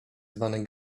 zwane